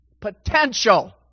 potential